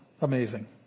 Amazing